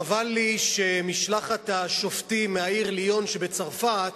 חבל לי שמשלחת השופטים מהעיר ליון שבצרפת